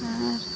ᱟᱨ